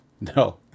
No